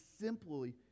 simply